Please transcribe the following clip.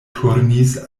turnis